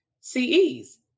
CEs